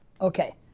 Okay